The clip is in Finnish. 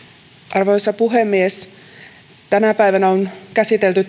arvoisa puhemies tänä päivänä tässä salissa on käsitelty